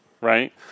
right